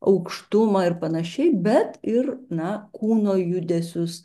aukštumą ir pananašiai bet ir na kūno judesius